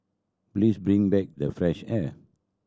please bring back the fresh air